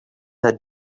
had